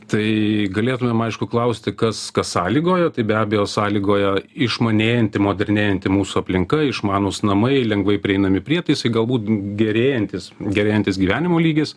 tai galėtumėm aišku klausti kas kas sąlygoja tai be abejo sąlygoja išmanėjanti modernėjanti mūsų aplinka išmanūs namai lengvai prieinami prietaisai galbūt gerėjantys gerėjantis gyvenimo lygis